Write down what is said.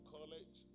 College